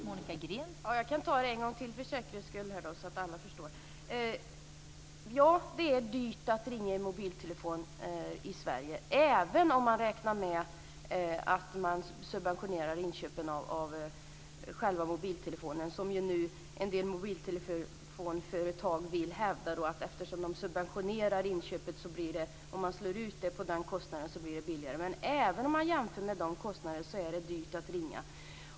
Fru talman! Jag kan ta det en gång till för säkerhets skull så att alla förstår. Ja, det är dyrt att ringa i mobiltelefon i Sverige, även om man räknar med att man subventionerar inköpen av själva mobiltelefonen. En del mobiltelefonföretag hävdar att eftersom de subventionerar inköpet så blir det billigare om man slår ut den kostnaden. Men även om man jämför med detta så är det dyrt att ringa.